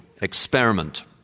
experiment